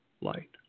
light